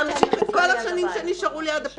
לא שמעתי אישה שקמה וצעקה לי באמצע הדיון ואמרה לי